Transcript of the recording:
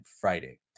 Friday